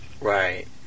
Right